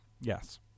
Yes